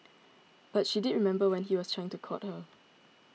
but she did remember when he was trying to court her